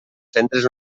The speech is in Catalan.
centres